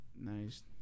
nice